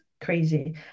crazy